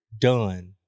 done